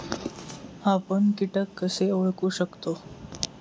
आपण कीटक कसे ओळखू शकतो?